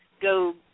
go